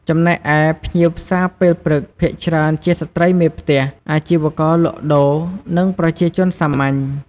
ចំណែកឯភ្ញៀវផ្សារពេលព្រឹកភាគច្រើនជាស្ត្រីមេផ្ទះ អាជីវករលក់ដូរ និងប្រជាជនសាមញ្ញ។